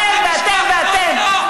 אתם ואתם ואתם.